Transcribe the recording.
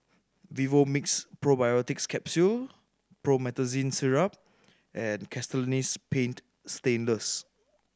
Vivomixx Probiotics Capsule Promethazine Syrup and Castellani's Paint Stainless